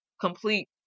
complete